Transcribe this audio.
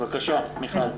בבקשה מיכל.